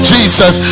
Jesus